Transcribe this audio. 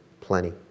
Plenty